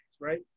right